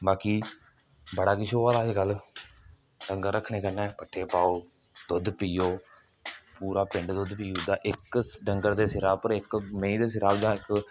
बाकी बड़ा किश होआ दा अज्जकल डंगर रक्खने कन्नै पट्ठे पाओ दुद्ध पिओ पूरा पिंड दुद्ध पी ओड़दा इक डंगर दे सिरै उप्पर इक मेहीं दे सिरे उप्पर इक